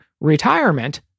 retirement